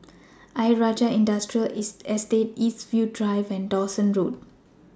Ayer Rajah Industrial Estate Eastwood Drive and Dawson Road